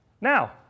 now